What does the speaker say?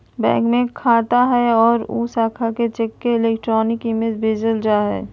bank में खाता हइ और उ शाखा के चेक के इलेक्ट्रॉनिक इमेज भेजल जा हइ